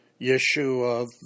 Yeshua